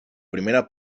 primera